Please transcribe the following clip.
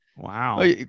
Wow